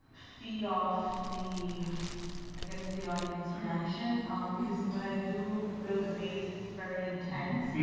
feed off the i guess the audience reaction um because when i do real debates, it's very intense.